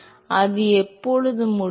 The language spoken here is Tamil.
மாணவர் அது எப்போது முடியும்